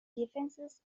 defenses